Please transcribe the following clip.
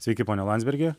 sveiki pone landsbergi